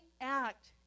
act